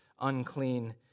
unclean